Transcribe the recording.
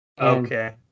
Okay